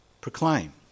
proclaim